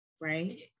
right